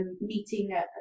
meeting